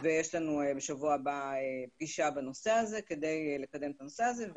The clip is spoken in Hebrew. ויש לנו בשבוע הבא פגישה בנושא הזה כדי לקדם את הנושא הזה.